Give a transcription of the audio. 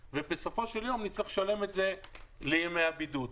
ובסופו של יום נצטרך לשלם את זה לימי הבידוד.